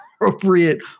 appropriate